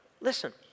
Listen